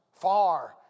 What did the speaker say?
Far